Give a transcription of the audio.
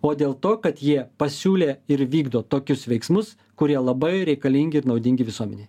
o dėl to kad jie pasiūlė ir vykdo tokius veiksmus kurie labai reikalingi ir naudingi visuomenei